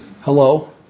Hello